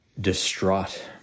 distraught